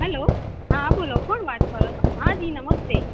hello હા બોલો હા કોણ વાત કરો છો હા જી નમસ્તે